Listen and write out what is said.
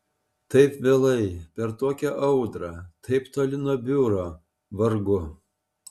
taip vėlai per tokią audrą taip toli nuo biuro vargu